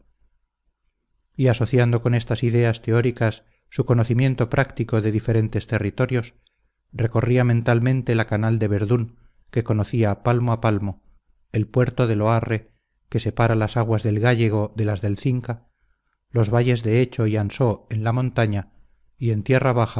y asociando con estas ideas teóricas su conocimiento práctico de diferentes territorios recorría mentalmente la canal de berdún que conocía palmo a palmo el puerto de loarre que separa las aguas del gállego de las del cinca los valles de hecho y ansó en la montaña y en tierra